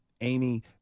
Amy